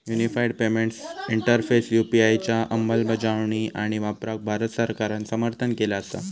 unified payments interface UPI च्या अंमलबजावणी आणि वापराक भारत सरकारान समर्थन केला असा